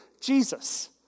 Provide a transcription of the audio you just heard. Jesus